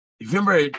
Remember